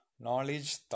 knowledge